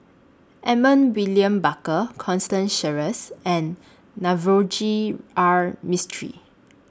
Edmund William Barker Constance Sheares and Navroji R Mistri